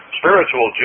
spiritual